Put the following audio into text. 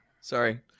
Sorry